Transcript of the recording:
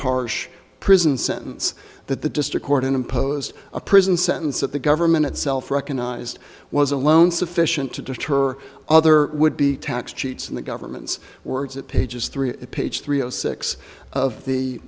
harsh prison sentence that the district court imposed a prison sentence that the government itself recognised was alone sufficient to deter other would be tax cheats in the government's words at pages three page three zero six of the